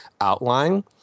outline